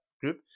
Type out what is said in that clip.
group